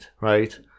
right